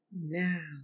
now